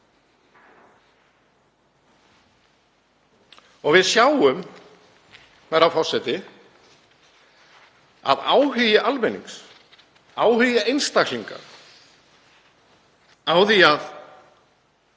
Við sjáum, herra forseti, að áhugi almennings, áhugi einstaklinga, á því að